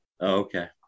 okay